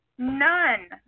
None